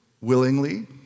willingly